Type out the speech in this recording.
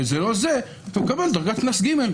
אתה מקבל דרגת קנס ג'.